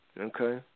okay